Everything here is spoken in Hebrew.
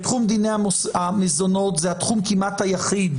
תחום דיני המזנות זה התחום כמעט היחיד